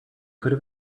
could